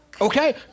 Okay